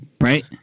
Right